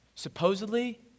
Supposedly